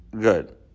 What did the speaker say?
good